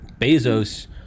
Bezos